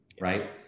Right